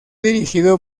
dirigido